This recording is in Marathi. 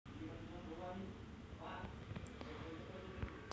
चेक चालू खाते किंवा बचत खात्यावर जारी केला जाऊ शकतो